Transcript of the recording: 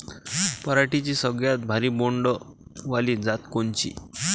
पराटीची सगळ्यात भारी बोंड वाली जात कोनची?